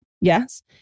Yes